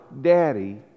Daddy